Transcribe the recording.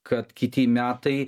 kad kiti metai